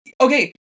okay